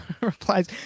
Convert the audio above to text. replies